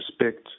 respect